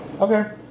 okay